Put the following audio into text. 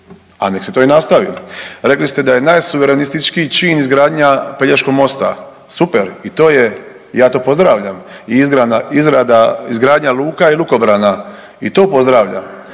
a nek se to i nastavi. Rekli ste da je najsuverenističkiji čin izgradnja Pelješkog mosta, super i to je, ja to pozdravlja i izrada, izgradnja luka i lukobrana i to pozdravljam.